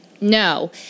no